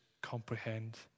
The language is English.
comprehend